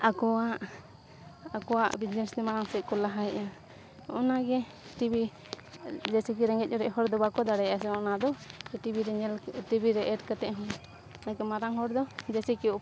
ᱟᱠᱚᱣᱟᱜ ᱟᱠᱚᱣᱟᱜ ᱵᱤᱡᱽᱱᱮᱥ ᱢᱟᱨᱟᱝ ᱥᱮᱡ ᱠᱚ ᱞᱟᱦᱟᱭᱮᱜᱼᱟ ᱚᱱᱟᱜᱮ ᱴᱤᱵᱷᱤ ᱡᱮᱥᱮᱠᱤ ᱨᱮᱸᱜᱮᱡ ᱚᱲᱮᱡ ᱦᱚᱲ ᱫᱚ ᱵᱟᱠᱚ ᱫᱟᱲᱮᱭᱟᱜᱼᱟ ᱥᱮ ᱚᱱᱟ ᱫᱚ ᱴᱤᱵᱷᱤᱨᱮ ᱧᱮᱞ ᱴᱤᱵᱤ ᱨᱮ ᱮᱰ ᱠᱟᱛᱮᱜ ᱦᱚᱸ ᱢᱟᱨᱟᱝ ᱦᱚᱲ ᱫᱚ ᱡᱮᱥᱮᱠᱤ